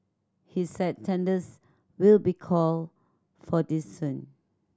he said tenders will be called for this soon